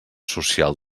social